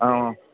অঁ